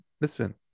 listen